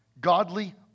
Godly